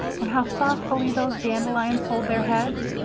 and how saucily those dandelions hold their heads.